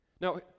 Now